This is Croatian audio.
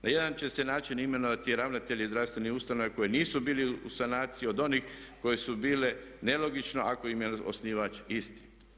Na jedan će se način imenovati i ravnatelji zdravstvenih ustanova koji nisu bili u sanaciji od onih koje su bile nelogično ako im je osnivač isti.